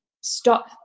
stop